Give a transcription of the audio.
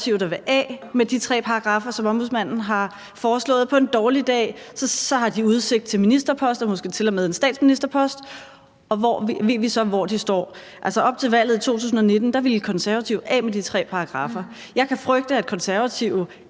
der vil af med de tre paragraffer, som Ombudsmanden har foreslået, og på en dårlig dag et Konservativt Folkeparti, der har udsigt til ministerposter, måske til og med en statsministerpost , og ved vi så, hvor de står? Altså, op til valget i 2019 ville Konservative af med de tre paragraffer. Jeg kan frygte, at Konservative